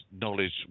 knowledge